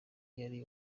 yari